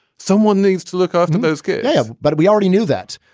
someone needs to look after those kids yeah but we already knew that.